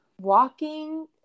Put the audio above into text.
walking